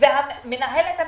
מנהלת המשפחתון,